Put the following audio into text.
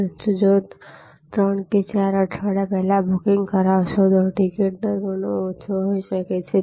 પરંતુ જો તમે 3 કે 4 અઠવાડીયા પહેલા બુકિંગ કરાવશો તો ટિકિટ દર ઘણો ઓછો હોય શકે છે